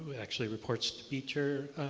but actually reports to beacher.